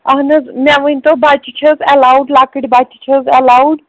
اَہن حظ مےٚ ؤنۍ تو بَچہِ چھِ حظ اٮ۪لاوُڈ لۄکٕٹۍ بَچہِ چھِ حظ اٮ۪لاوُڈ